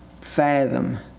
fathom